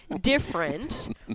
different